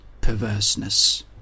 perverseness